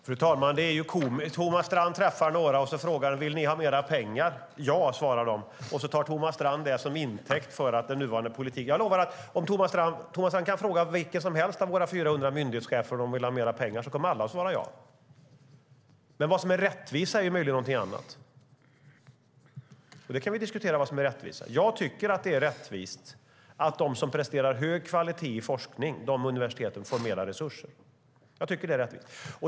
Fru talman! Det är komiskt. Thomas Strand träffar några högskolerepresentanter och frågar om de vill ha mer pengar. Ja, svarar de. Thomas Strand tar det till intäkt för att den nuvarande politiken har brister. Thomas Strand kan fråga vilken som helst av våra 400 myndighetschefer om de vill ha mer pengar. Alla kommer att svara ja. Det kan jag lova. Vad som är rättvist är en annan fråga. Vi kan diskutera vad som är rättvist. Jag tycker att det är rättvist att de universitet som presterar forskning av hög kvalitet får mer resurser.